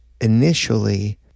initially